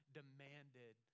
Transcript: demanded